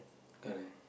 correct